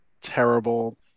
terrible